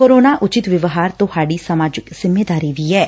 corona ਉਚਿਤ ਵਿਵਹਾਰ ਤੁਹਾਡੀ ਸਮਾਜਿਕ ਜਿੰਮੇਵਾਰੀ ਵੀ ਐਂ